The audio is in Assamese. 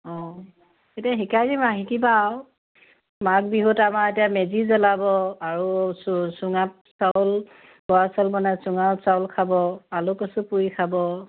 অঁ এতিয়া শিকাই দিম আৰু শিকিবা আৰু মাঘ বিহুত আমাৰ এতিয়া মেজি জ্বলাব আৰু চু চুঙাত চাউল বৰা চাউল বনাই চুঙা চাউল খাব আলু কচু পুৰি খাব